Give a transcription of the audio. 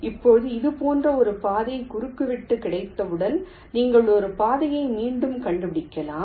இப்போது இது போன்ற ஒரு பாதை குறுக்குவெட்டு கிடைத்தவுடன் நீங்கள் ஒரு பாதையை மீண்டும் கண்டுபிடிக்கலாம்